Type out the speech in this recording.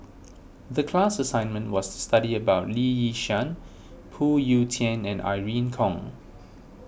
the class assignment was to study about Lee Yi Shyan Phoon Yew Tien and Irene Khong